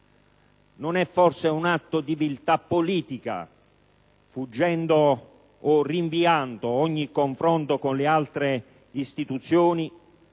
Non è forse un atto di viltà politica, che - fuggendo o rinviando ogni confronto con le altre istituzioni